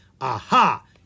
Aha